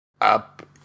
up